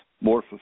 more